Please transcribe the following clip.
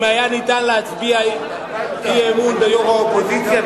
אם היה אפשר להצביע אי-אמון ביושב-ראש האופוזיציה,